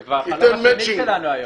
זה כבר החלום השני שלנו היום,